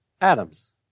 Adams